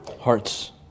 hearts